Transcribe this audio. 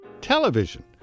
Television